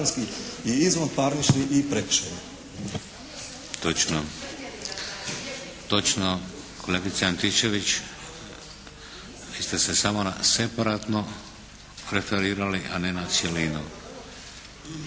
Točno. Kolegice Antičević, vi ste se samo na separatno preferirali a ne na cjelinu.